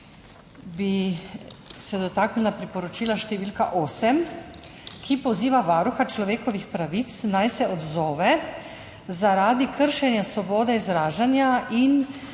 bi se dotaknila priporočila številka osem, ki poziva Varuha človekovih pravic, naj se odzove zaradi kršenja svobode izražanja in